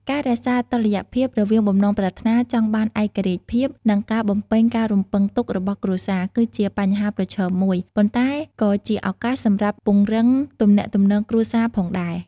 ការរក្សាតុល្យភាពរវាងបំណងប្រាថ្នាចង់បានឯករាជ្យភាព និងការបំពេញការរំពឹងទុករបស់គ្រួសារ គឺជាបញ្ហាប្រឈមមួយ ប៉ុន្តែក៏ជាឱកាសសម្រាប់ពង្រឹងទំនាក់ទំនងគ្រួសារផងដែរ។